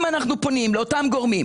אם אנחנו פונים לאותם גורמים,